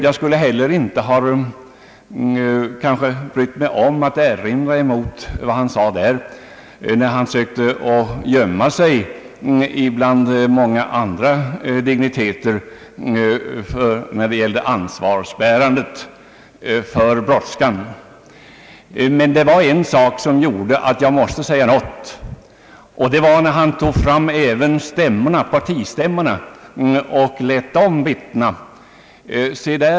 Jag skulle heller inte ha brytt mig om att erinra mot vad han sade därvidlag då han sökte gömma sig bland många andra dignitärer när det gällde ansvaret för brådska. Men det var en sak som gjorde att jag måste säga något, och det var att han tog fram även partistämmorna och lät dem vittna.